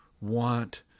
want